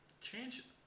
Change